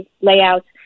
layouts